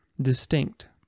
distinct